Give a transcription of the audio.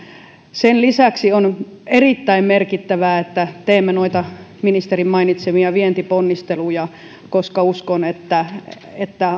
sen lisäksi on erittäin merkittävää että teemme noita ministerin mainitsemia vientiponnisteluja koska uskon että että